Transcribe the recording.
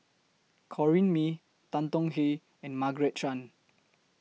Corrinne May Tan Tong Hye and Margaret Chan